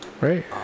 right